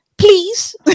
Please